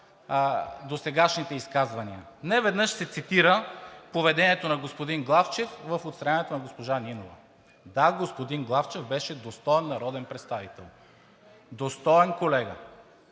досегашните изказвания. Неведнъж се цитира поведението на господин Главчев в отстраняването на госпожа Нинова. Да, господин Главчев беше достоен народен представител, достоен колега